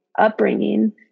upbringing